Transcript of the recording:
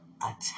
attack